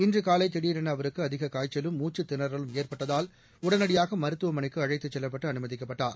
இன்று காலை திடரென அவருக்கு அதிக காய்ச்சலும் மூச்சுத் திணறலும் ஏற்பட்டதால் உடனடியாக மருத்துவமனைக்கு அழைத்துச் செல்லப்பட்டு அனுமதிக்கப்பட்டார்